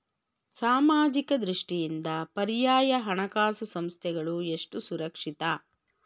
ಸಾಮಾಜಿಕ ದೃಷ್ಟಿಯಿಂದ ಪರ್ಯಾಯ ಹಣಕಾಸು ಸಂಸ್ಥೆಗಳು ಎಷ್ಟು ಸುರಕ್ಷಿತ?